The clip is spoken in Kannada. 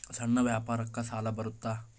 ಸಣ್ಣ ವ್ಯಾಪಾರಕ್ಕ ಸಾಲ ಬರುತ್ತಾ?